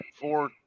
four